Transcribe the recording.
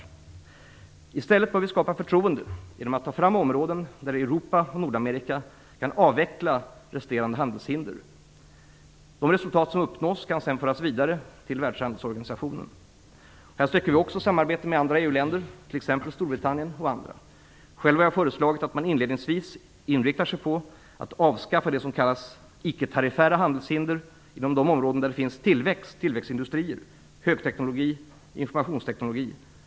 Vi bör skapa förtroende genom att ta fram områden där Europa och Nordamerika kan avveckla resterande handelshinder. De resultat som uppnås kan föras vidare till värlshandelsorganisationen. Även här söker vi samarbete med andra EU-länder, exempelvis Storbritannien. Jag har föreslagit att man inledningsvis inriktar sig på att avskaffa det som kallas icketariffära handelshinder inom de områden där det finns tillväxtindustrier, högteknologi och informationsteknik.